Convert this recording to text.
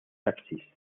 taxis